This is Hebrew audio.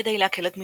כדי להקל את משקלה,